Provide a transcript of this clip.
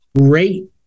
great